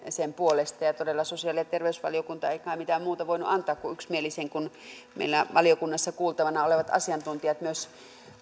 sen puolesta ja todella sosiaali ja terveysvaliokunta ei kai mitään muuta voinut antaa kuin yksimielisen kun myös meillä valiokunnassa kuultavana olleet asiantuntijat